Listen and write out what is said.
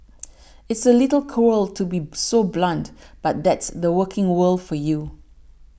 it's a little cruel to be so blunt but that's the working world for you